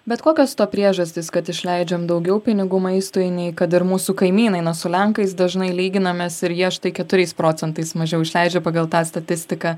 bet kokios to priežastys kad išleidžiam daugiau pinigų maistui nei kad ir mūsų kaimynai na su lenkais dažnai lyginamės ir jie štai keturiais procentais mažiau išleidžia pagal tą statistiką